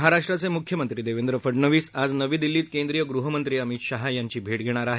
महाराष्ट्राचे मुख्यमंत्री देवेंद्र फडणवीस आज नवी दिल्लीत केंद्रीय गृहमंत्री अमित शहा यांची भेट घेणार आहेत